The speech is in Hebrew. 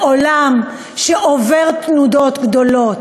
בעולם שעובר תנודות גדולות,